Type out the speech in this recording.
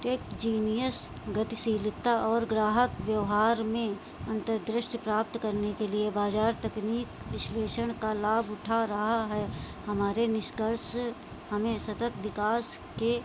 Techgenius गतिशीलता और ग्राहक व्यवहार में अंतर्दृष्टि प्राप्त करने के लिए बाज़ार तकनीक विश्लेषण का लाभ उठा रहा है हमारे निष्कर्ष हमारे सतर्क विकास के